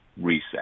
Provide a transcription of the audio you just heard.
reset